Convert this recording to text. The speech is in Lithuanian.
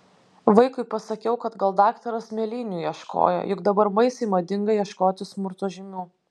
vaikui pasakiau kad gal daktaras mėlynių ieškojo juk dabar baisiai madinga ieškoti smurto žymių